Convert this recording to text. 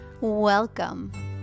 welcome